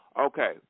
Okay